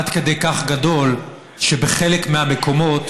עד כדי כך גדול שבחלק מהמקומות,